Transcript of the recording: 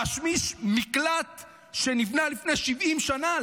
להשמיש מקלט שנבנה לפני 70 שנה,